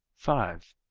five.